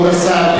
מאה אחוז.